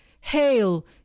Hail